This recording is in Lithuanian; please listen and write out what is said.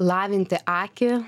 lavinti akį